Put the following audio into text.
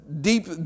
deep